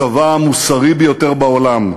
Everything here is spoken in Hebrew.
הצבא המוסרי ביותר בעולם,